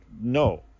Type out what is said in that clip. no